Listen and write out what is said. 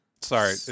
sorry